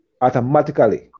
automatically